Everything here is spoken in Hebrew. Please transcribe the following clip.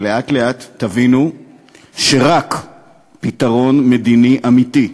שלאט-לאט תבינו שרק פתרון מדיני אמיתי,